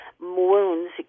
wounds